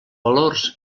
valors